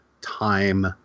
time